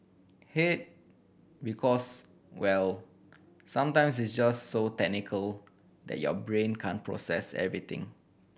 hate because well sometimes it's just so technical that your brain can't process everything